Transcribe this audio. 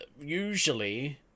usually